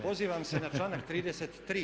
Pozivam se na članak 33.